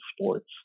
sports